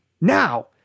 Now